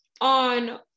on